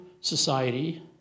society